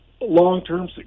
long-term